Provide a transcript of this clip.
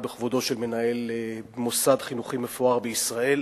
בכבודו של מנהל מוסד חינוכי מפואר בישראל.